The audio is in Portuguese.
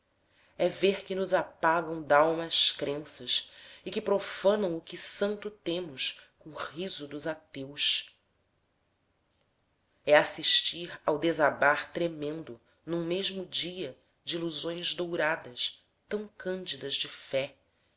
é ver que nos apagam dalma as crenças e que profanam o que santo temos coo riso dos ateus é assistir ao desabar tremendo num mesmo dia dilusões douradas tão cândidas de fé